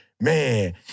man